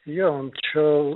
jo čia